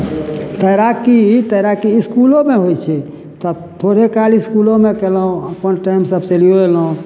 तैराकी तैराकी इसकुलोमे होइ छै तऽ थोड़े काल इसकुलोमे केलहुॅं अपन टाइम सभ चलियौ अयलहुॅं